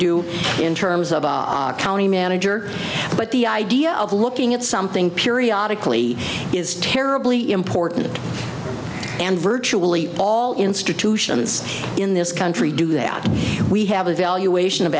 do in terms of county manager but the idea of looking at something periodic lee is terribly important and virtually all institutions in this country do that we have evaluation of